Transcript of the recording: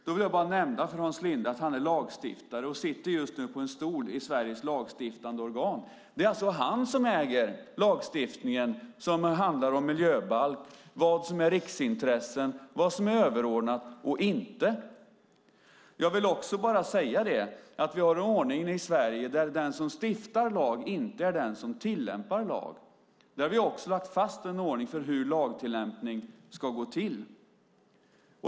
Då vill jag bara nämna för Hans Linde att han är lagstiftare och just nu sitter på en stol i Sveriges lagstiftande organ. Det är alltså han som äger lagstiftningen som handlar om miljöbalk, vad som är riksintressen och vad som är överordnat eller inte. Jag vill också bara säga att vi har den ordningen i Sverige att den som stiftar lag inte är den som tillämpar lag. Vi har också lagt fast en ordning för hur lagtillämpning ska gå till.